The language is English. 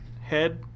head